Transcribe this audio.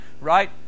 right